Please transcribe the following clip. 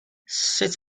sut